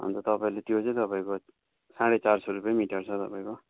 अन्त तपाईँले त्यो चाहिँ तपाईँको साढे चार सौ रुपियाँ मिटर छ तपाईँको